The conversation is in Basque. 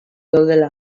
daudela